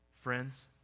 Friends